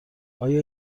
آیا